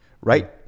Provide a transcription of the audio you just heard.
right